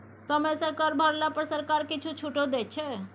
समय सँ कर भरला पर सरकार किछु छूटो दै छै